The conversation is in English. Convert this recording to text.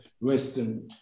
Western